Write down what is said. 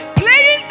playing